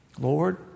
Lord